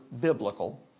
biblical